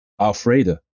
Alfreda